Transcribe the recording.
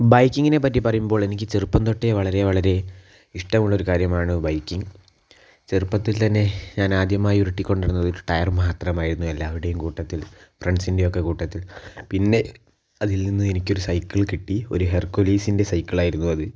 ബൈക്കിങ്ങിനെ പറ്റി പറയുമ്പോൾ എനിക്ക് ചെറുപ്പം തൊട്ടേ വളരെ വളരെ ഇഷ്ട്ടമുള്ള ഒരു കാര്യമാണ് ബൈക്കിങ് ചെറുപ്പത്തിൽ തന്നെ ഞാനാദ്യമായി ഉരുട്ടി കൊണ്ട് നടന്നത് ഒരു ടയർ മാത്രമായിരുന്നു എല്ലാവരുടെയും കൂട്ടത്തിൽ ഫ്രണ്ട്സിൻറ്റെയൊക്കെ കൂട്ടത്തിൽ പിന്നെ അതിൽനിന്നും എനിക്ക് ഒരു സൈക്കിൾ കിട്ടി ഒരു ഹെർക്കുലീസിൻറ്റെ സൈക്കിൾ ആയിരുന്നു അത്